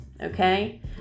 okay